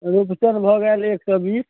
रुपचन भऽ गेल एक सए बीस